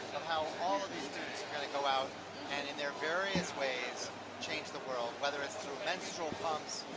of how all of these students are gonna go out and in their various ways change the world, whether it's through menstrual cups,